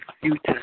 future